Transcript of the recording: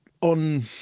on